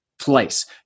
Place